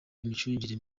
imicungire